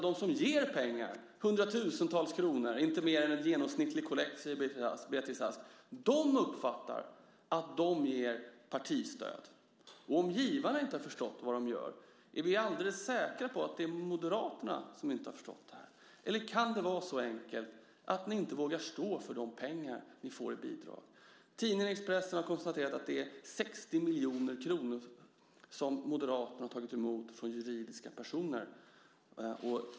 De som ger pengar, 100 000-tals kronor, inte mer än en genomsnittlig kollekt, säger Beatrice Ask, uppfattar att de ger partistöd. Om givarna inte har förstått vad de gör, är vi alldeles säkra på att det är Moderaterna som inte har förstått det här? Eller kan det vara så enkelt att ni inte vågar stå för de pengar ni får i bidrag? Tidningen Expressen har konstaterat att det är 60 miljoner kronor som Moderaterna har tagit emot från juridiska personer.